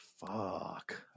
Fuck